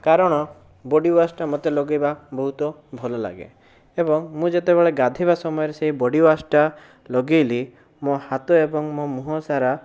କାରଣ ବୋଡିୱାସଟା ମୋତେ ଲଗେଇବା ବହୁତ ଭଲ ଲାଗେ ଏବଂ ମୁଁ ଯେତେବେଳେ ଗାଧୋଇବା ସମୟରେ ସେହି ବୋଡିୱାସଟା ଲଗେଇଲି ମୋ ହାତ ଏବଂ ମୋ ମୁହଁ ସାରା